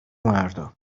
مردا